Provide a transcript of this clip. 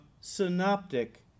Synoptic